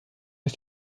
ist